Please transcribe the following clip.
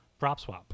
PropSwap